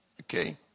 Okay